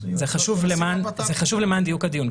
זה חשוב למען דיוק הדיון.